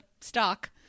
stock